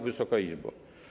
Wysoka Izbo!